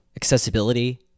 Accessibility